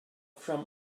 from